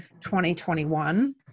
2021